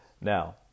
Now